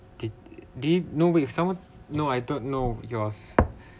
did they no eh someone no I though no yours